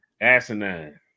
Asinine